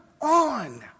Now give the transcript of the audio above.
on